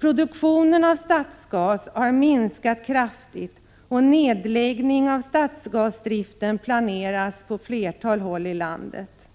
Produktionen av stadsgas har minskat kraftigt, och nedläggning av stadsgasdriften planeras på ett flertal håll i landet.